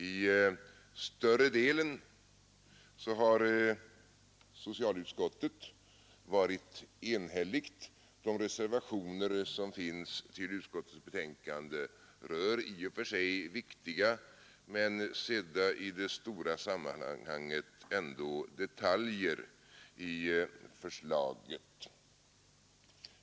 Till större delen har socialutskottet varit enhälligt; de reservationer som finns fogade till utskottets betänkande rör i och för sig viktiga, men sedda i det stora sammanhanget ändå detaljer i förslaget.